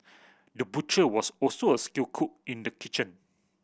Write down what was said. the butcher was also a skilled cook in the kitchen